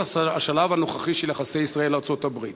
השלב הנוכחי של יחסי ישראל ארצות-הברית,